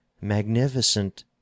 Magnificent